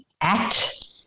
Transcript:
act